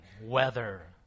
Weather